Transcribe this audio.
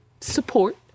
support